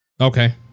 Okay